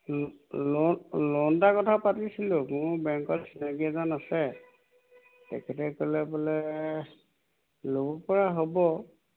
লো loan loan এটা কথা পাতিছিলোঁ মোৰ বেংকত চিনাকী এজন আছে তেখেতে ক'লে বোলে ল'ব পৰা হ'ব